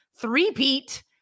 three-peat